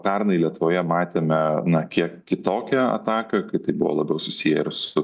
pernai lietuvoje matėme na kiek kitokią ataką kai tai buvo labiau susiję ir su